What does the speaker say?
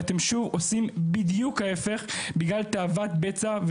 ואתם שוב עושים בדיוק ההיפך בגלל תאוות בצע,